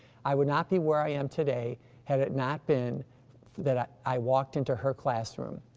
i would not be where i am today had it not been that i i walked into her classroom.